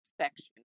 section